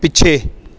ਪਿੱਛੇ